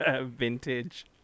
vintage